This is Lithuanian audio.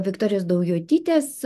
viktorijos daujotytės